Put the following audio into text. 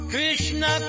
Krishna